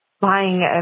buying